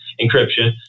encryption